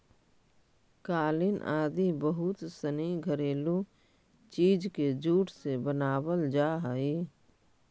कालीन आदि बहुत सनी घरेलू चीज के जूट से बनावल जा हइ